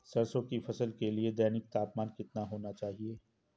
सरसों की फसल के लिए दैनिक तापमान कितना होना चाहिए?